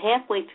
halfway